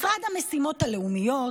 משרד המשימות הלאומיות,